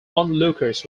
onlookers